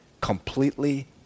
completely